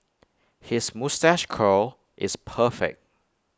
his moustache curl is perfect